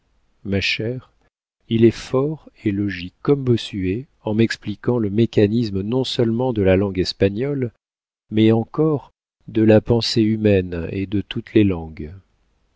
ma chère il est fort et logique comme bossuet en m'expliquant le mécanisme non-seulement de la langue espagnole mais encore de la pensée humaine et de toutes les langues